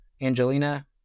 Angelina